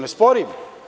Ne sporim.